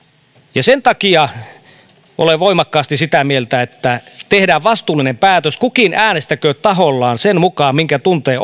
ja sen takia olen voimakkaasti sitä mieltä että tehdään vastuullinen päätös kukin äänestäköön tahollaan sen mukaan minkä tuntee